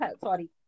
sorry